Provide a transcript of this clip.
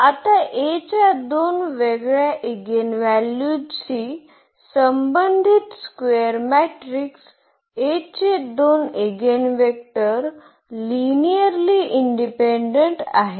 आता A च्या दोन वेगळ्या इगेनव्हॅल्यूजशी संबंधित स्क्वेअर मॅट्रिक्स A चे दोन इगिनवेक्टर लिनिअर्ली इंडिपेंडेंट आहेत